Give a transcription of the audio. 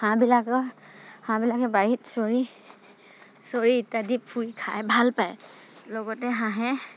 হাঁহবিলাকে হাঁহবিলাকে বাৰীত চৰি চৰি ইত্যাদি ফুৰি খাই ভালপায় লগতে হাঁহে